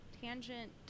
tangent